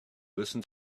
listen